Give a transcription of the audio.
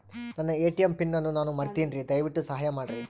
ನನ್ನ ATM PIN ಅನ್ನು ನಾನು ಮರಿತಿನ್ರಿ, ದಯವಿಟ್ಟು ಸಹಾಯ ಮಾಡ್ರಿ